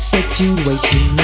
Situation